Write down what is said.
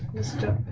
mr.